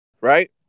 right